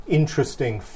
interesting